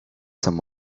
some